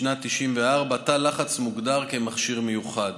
התשנ"ד 1994, תא לחץ מוגדר מכשיר מיוחד.